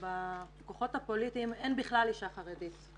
וראיתי שבכוחות הפוליטיים אין בכלל אישה חרדית.